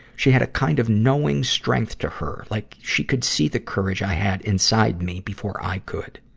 she had a kind of knowing strength to her, like she could see the courage i had inside me before i could.